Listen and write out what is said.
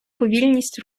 повільність